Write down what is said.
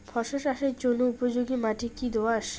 ফসল চাষের জন্য উপযোগি মাটি কী দোআঁশ?